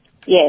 yes